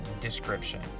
description